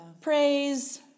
praise